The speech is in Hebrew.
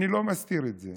אני לא מסתיר את זה.